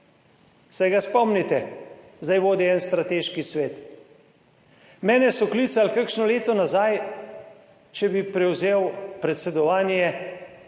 Se ga spomnite? Zdaj vodi en strateški svet. Mene so klicali kakšno leto nazaj, če bi prevzel predsedovanje